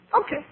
Okay